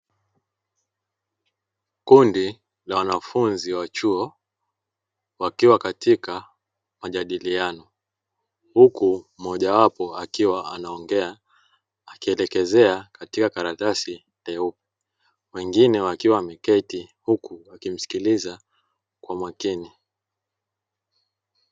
Kundi la wanafunzi wa chuo wakiwa katika majadiliano, huku mmoja wao akiwa anaongea akielekezea katika karatasi nyeupe, wengine wakiwa wameketi huku wakimsikiliza kwa makini.